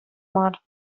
мар